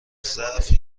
ضعف